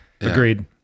Agreed